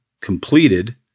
completed